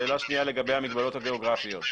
שאלה שנייה לגבי המגבלות הגיאוגרפיות.